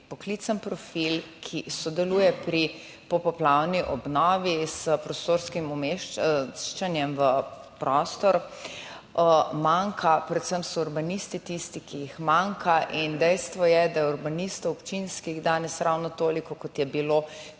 poklicni profil, ki sodeluje pri popoplavni obnovi s prostorskim umeščanjem v prostor, manjka. Predvsem so urbanisti tisti, ki jih manjka, in dejstvo je, da je urbanistov občinskih danes ravno toliko kot je bilo